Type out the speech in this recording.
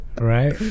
Right